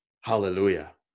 Hallelujah